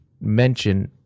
mention